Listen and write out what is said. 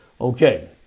Okay